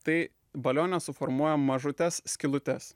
tai balione suformuojam mažutes skylutes